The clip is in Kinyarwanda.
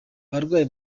abarwaye